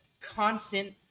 constant